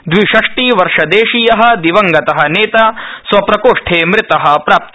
दविषष्टिवर्षदेशीय दिवंगत नेता स्वप्रकोष्ठे मृत सम्प्राप्त